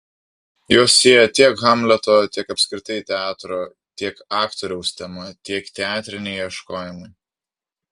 juos sieja tiek hamleto tiek apskritai teatro tiek aktoriaus tema tiek teatriniai ieškojimai